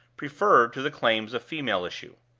preferred to the claims of female issue.